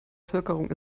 bevölkerung